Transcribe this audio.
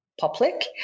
Public